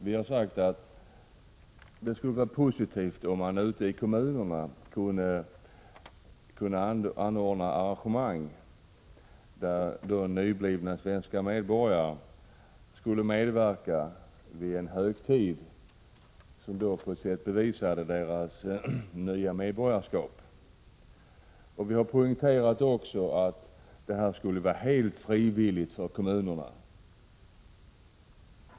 Vi har framhållit att det skulle vara positivt, om man ute i kommunerna kunde vidta arrangemang, en högtidlighet, där nyblivna svenska medborgare skulle medverka och där man då visade deras nya medborgarskap. Vi har poängterat att detta skulle vara helt frivilligt för kommunerna.